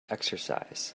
exercise